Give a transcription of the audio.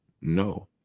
no